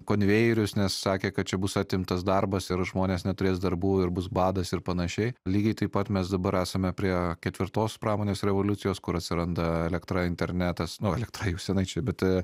konvejerius nes sakė kad čia bus atimtas darbas ir žmonės neturės darbų ir bus badas ir panašiai lygiai taip pat mes dabar esame prie ketvirtos pramonės revoliucijos kur atsiranda elektra internetas nu elektra jau senai čia bet